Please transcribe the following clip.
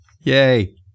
yay